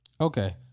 Okay